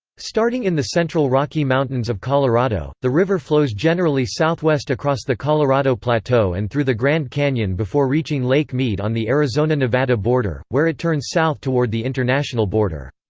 starting in the central rocky mountains of colorado, the river flows generally southwest across the colorado plateau and through the grand canyon before reaching lake mead on the arizona-nevada border, border, where it turns south toward the international border.